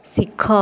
ଶିଖ